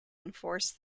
enforce